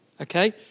Okay